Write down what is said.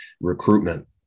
recruitment